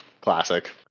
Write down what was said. Classic